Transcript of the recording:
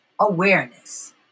Awareness